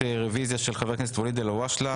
עלתה בקשת רביזיה של חבר הכנסת ואליד אל הואשלה,